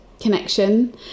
connection